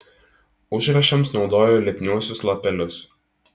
užrašams naudojo lipniuosius lapelius